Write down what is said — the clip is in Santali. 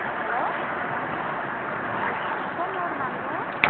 ᱦᱮᱞᱳ ᱦᱮᱸ ᱚᱠᱚᱭᱮᱢ ᱨᱚᱲᱫᱟ ᱟᱢ ᱫᱚ